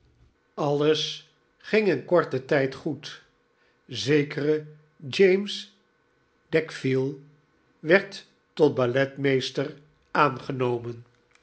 alles ging een korten tijd goed zekere jaeen nietjw conteact mes d'egville werd tot balletmeester aangenomen